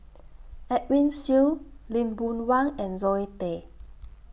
Edwin Siew Lee Boon Wang and Zoe Tay